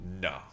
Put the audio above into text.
no